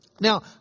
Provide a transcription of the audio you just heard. Now